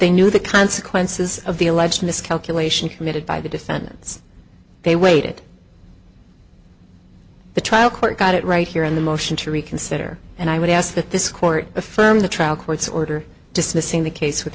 they knew the consequences of the alleged miscalculation committed by the defendants they waited the trial court got it right here in the motion to reconsider and i would guess that this court affirmed the trial court's order dismissing the case with